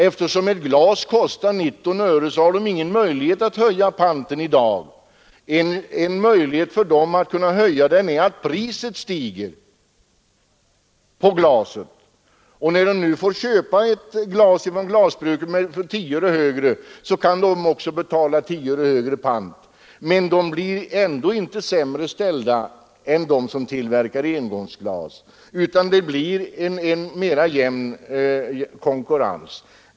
Eftersom ett glas kostar 19 öre kan panten inte höjas i dag. Förutsättningen för att den skall kunna höjas är att priset på glaset stiger. När detaljhandeln nu får betala 10 öre mer för glaset hos glasbruket kan panten höjas med 10 öre. De som tillverkar returglas kommer inte i ett sämre läge än de som tillverkar engångsglas, utan det blir en mera jämn konkurrens.